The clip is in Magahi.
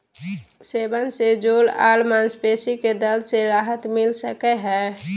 सेवन से जोड़ आर मांसपेशी के दर्द से राहत मिल सकई हई